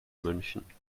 münchen